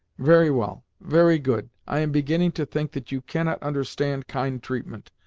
very well, very good. i am beginning to think that you cannot understand kind treatment,